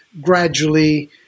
gradually